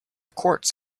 quartz